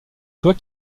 toit